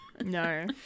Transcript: No